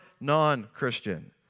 non-Christian